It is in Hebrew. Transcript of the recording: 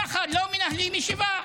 ככה לא מנהלים ישיבה.